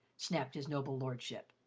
snapped his noble lordship.